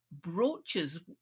brooches